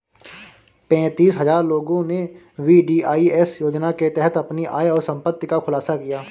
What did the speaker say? पेंतीस हजार लोगों ने वी.डी.आई.एस योजना के तहत अपनी आय और संपत्ति का खुलासा किया